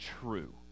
true